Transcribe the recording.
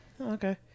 Okay